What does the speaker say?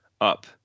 up